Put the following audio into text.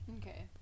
Okay